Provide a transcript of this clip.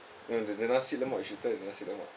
mm the nasi lemak you should try the nasi lemak